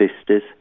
sisters